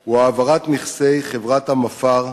הוא העברת נכסי חברת המפא"ר,